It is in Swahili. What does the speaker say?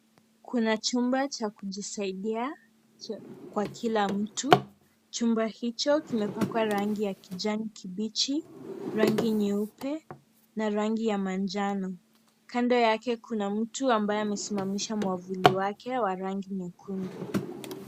Kuna chumba cha kujisaidia kwa kila mtu. Chumba hicho kimepakwa rangi ya kijani kimbichi, rangi nyeupe na rangi ya manjano. Kando yake kuna mtu ambaye amesimamisha mwavuli wake wa rangi nyekundu.